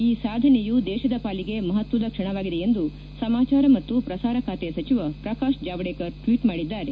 ಈ ಸಾಧನೆಯು ದೇಶದ ಪಾಲಿಗೆ ಮಹತ್ವದ ಕ್ಷಣವಾಗಿದೆ ಎಂದು ಸಮಾಚಾರ ಮತ್ತು ಪ್ರಸಾರ ಖಾತೆ ಸಚಿವ ಪ್ರಕಾಶ್ ಜಾವದೇಕರ್ ಟ್ವೀಟ್ ಮಾಡಿದ್ದಾರೆ